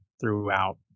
throughout